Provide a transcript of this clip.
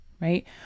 right